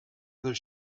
other